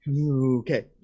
Okay